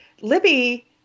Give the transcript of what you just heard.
Libby